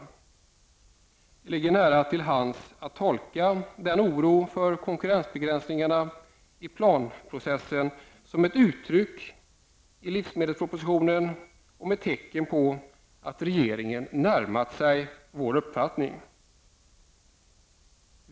Det ligger nära till hands att tolka den oro för de konkurrensbegränsningar i planprocessen som uttrycks i livsmedelspropositionen som ett tecken på att regeringen närmat sig vår uppfattning.